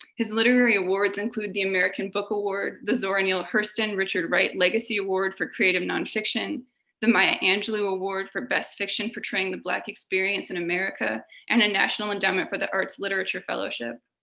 his literary awards include the american book award, the zora neale hurston richard wright legacy award for creative nonfiction the maya angelou award for best fiction portraying the black experience in america and a national endowment for the arts literature fellowship.